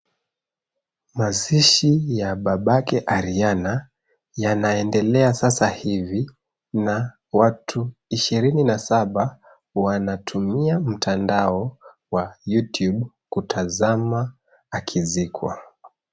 Mazishi ya babake Ariana yanaendelea sasa hivi na watu ishirini na saba wanatumia mtandao wa Youtube kutazama akizikwa.